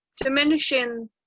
diminishing